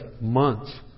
months